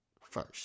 First